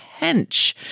Hench